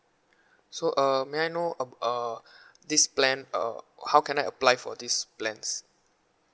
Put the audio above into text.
so uh may I know uh this plan uh how can I apply for these plans